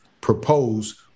propose